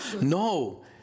No